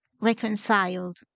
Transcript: reconciled